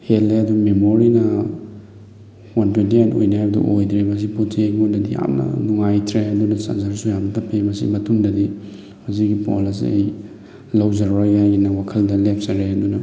ꯍꯦꯜꯂꯦ ꯑꯗꯨ ꯃꯦꯃꯣꯔꯤꯅ ꯋꯥꯟ ꯇ꯭ꯋꯦꯟꯇꯤ ꯑꯥꯏꯠ ꯑꯣꯏꯅꯤ ꯍꯥꯏꯕꯗꯨ ꯑꯣꯏꯗ꯭ꯔꯦ ꯃꯁꯤ ꯄꯣꯠꯁꯤ ꯑꯩꯉꯣꯟꯗꯗꯤ ꯌꯥꯝꯅ ꯅꯨꯡꯉꯥꯏꯇ꯭ꯔꯦ ꯑꯗꯨꯅ ꯆꯥꯔꯖꯔꯁꯨ ꯌꯥꯝ ꯇꯞꯄꯤ ꯃꯁꯤ ꯃꯇꯨꯡꯗꯗꯤ ꯃꯁꯤꯒꯤ ꯐꯣꯟ ꯑꯁꯦ ꯑꯩ ꯂꯧꯖꯔꯔꯣꯏꯑꯅ ꯋꯥꯈꯜꯗ ꯂꯦꯞꯆꯔꯦ ꯑꯗꯨꯅ